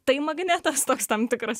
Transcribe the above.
tai magnetas toks tam tikras